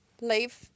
leave